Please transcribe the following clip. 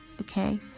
Okay